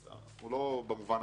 אנחנו לא במובן הזה צדקנים.